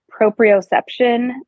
proprioception